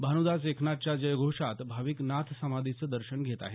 भानुदास एकनाथ च्या जयघोषात भाविक नाथ समाधीचं दर्शन घेत आहेत